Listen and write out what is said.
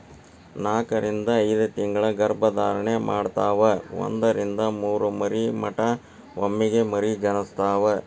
ನಾಕರಿಂದ ಐದತಿಂಗಳ ಗರ್ಭ ಧಾರಣೆ ಮಾಡತಾವ ಒಂದರಿಂದ ಮೂರ ಮರಿ ಮಟಾ ಒಮ್ಮೆಗೆ ಮರಿ ಜನಸ್ತಾವ